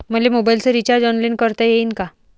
मले मोबाईलच recharge online करता येईन का?